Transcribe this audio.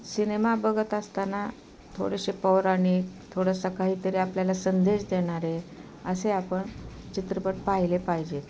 cinema बघत असताना थोडेसे पौराणिक थोडंसा काहीतरी आपल्याला संदेश देणारे असे आपण चित्रपट पाहिले पाहिजेत